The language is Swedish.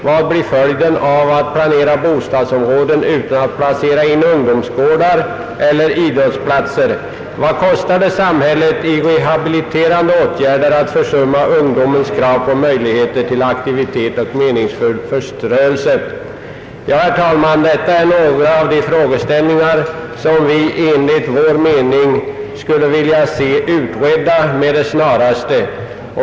Vad blir följden av att man planerar bostadsområden utan att placera in ungdomsgårdar eller idrottsplatser? Vad kostar det samhället i rehabiliterande åtgärder att försumma ungdomens krav på möjligheter till aktivitet och meningsfull förströelse? Herr talman! Detta är några av de frågeställningar som vi skulle vilja se utredda med det snaraste.